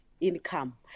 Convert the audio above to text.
income